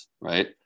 right